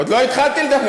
עוד לא התחלתי לדבר.